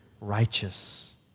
righteous